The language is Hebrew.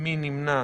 מי נמנע?